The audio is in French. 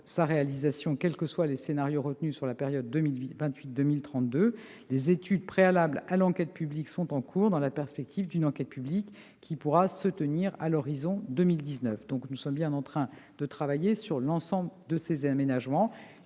sa réalisation, quels que soient les scénarios retenus sur la période 2028-2032. Les études préalables à l'enquête publique sont en cours, dans la perspective d'une enquête publique qui pourra se tenir à l'horizon 2019. Vous le voyez, nous sommes en train de travailler sur l'ensemble de ces aménagements.